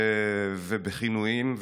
ובכינויים,